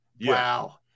Wow